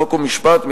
חוק ומשפט,